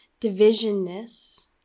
divisionness